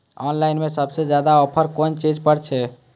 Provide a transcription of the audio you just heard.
Online में सबसे ज्यादा ऑफर कोन चीज पर छे?